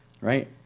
right